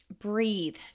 Breathe